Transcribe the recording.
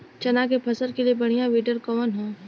चना के फसल के लिए बढ़ियां विडर कवन ह?